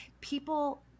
people